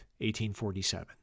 1847